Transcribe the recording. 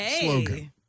slogan